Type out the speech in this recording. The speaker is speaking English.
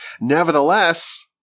Nevertheless